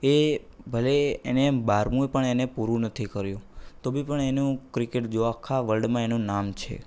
એ ભલે એણે એમ બારમુંય પણ એણે પૂરું નથી કર્યું તો બી પણ એનું ક્રિકેટ જો આખા વર્લ્ડમાં એનું નામ છે